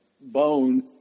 bone